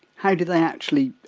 how did they actually